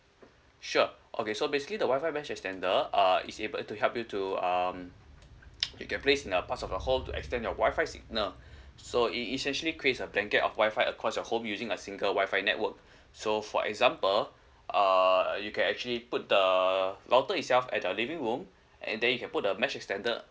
sure okay so basically the Wi-Fi mesh extender uh is able to help you to um you can place in a parts of your home to extend your Wi-Fi signal so it essentially creates a blanket of Wi-Fi across your home using a single Wi-Fi network so for example uh you can actually put the router itself at the living room and then you can put a mesh extender